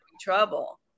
trouble